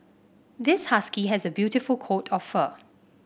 this husky has a beautiful coat of fur